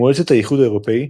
מועצת האיחוד האירופי,